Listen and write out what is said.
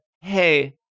Hey